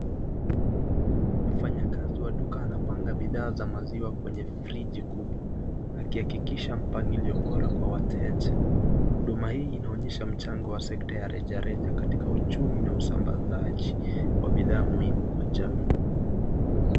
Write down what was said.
Mfanyakazi wa duka anapanga bidhaa za maziwa kwenye friji kubwa. Akiyakikisha mpangilio bora kwa wateja. Huduma hii inaonyesha mchango wa sekta ya rejareja katika uchumi na usambazaji wa bidhaa muhimu kwa jamii.